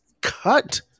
cut